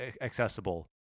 accessible